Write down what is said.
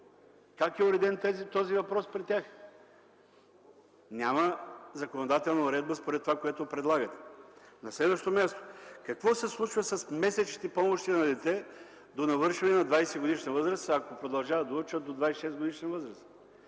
Как е уреден този въпрос? Няма законодателна уредба, според това, което предлагате. На следващо място, какво се случва с месечните помощи на дете, до навършване на 20-годишна възраст, а ако продължава да учи – до 26 годишна възраст?